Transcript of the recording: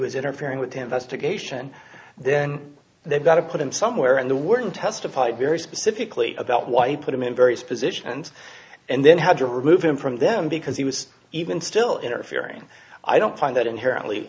was interfering with him best occasion then they've got to put him somewhere in the wording testified very specifically about why put him in various positions and then had to remove him from them because he was even still interfering i don't find that inherently